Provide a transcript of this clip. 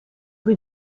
rue